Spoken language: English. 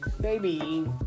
baby